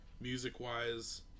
music-wise